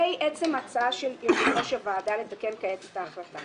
לגבי עצם ההצעה של יושב-ראש הוועדה לתקן כעת את ההחלטה